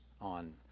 on